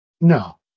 No